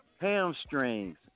hamstrings